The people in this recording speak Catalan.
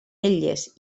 elles